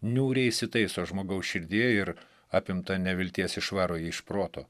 niūriai įsitaiso žmogaus širdyje ir apimtą nevilties išvaro jį iš proto